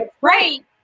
right